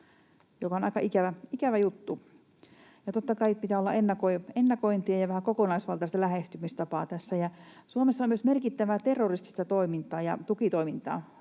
joka on aika ikävä juttu. Totta kai pitää olla ennakointia ja vähän kokonaisvaltaista lähestymistapaa tässä. Suomessa on myös merkittävää terroristista tukitoimintaa,